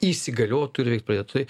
įsigaliotų ir veikt pradėtų tai